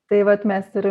tai vat mes ir